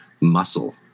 muscle